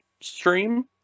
stream